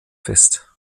fest